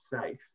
safe